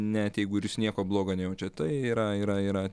net jeigu ir jūs nieko blogo nejaučiat tai yra yra yra